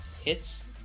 hits